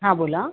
हां बोला